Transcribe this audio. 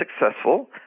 successful